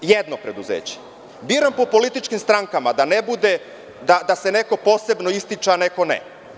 Jedno preduzeće, bira po političkim strankama, da ne bude da se neko posebno ističe, a neko ne.